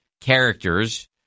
characters